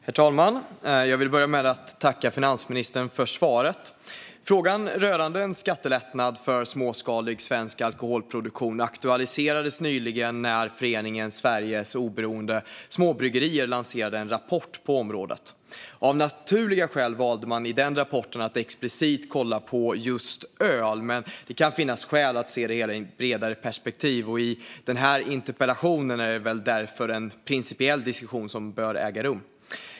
Herr talman! Jag vill börja med att tacka finansministern för svaret. Frågan rörande en skattelättnad för småskalig svensk alkoholproduktion aktualiserades nyligen när Föreningen Sveriges Oberoende Småbryggerier lanserade en rapport på området. Av naturliga skäl valde man i den rapporten att explicit titta på just öl, men det kan finnas skäl att se det hela i ett bredare perspektiv. I den här interpellationsdebatten är det väl därför en principiell diskussion som bör äga rum.